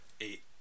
eight